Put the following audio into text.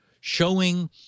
showing